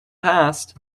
past